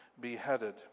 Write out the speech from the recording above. beheaded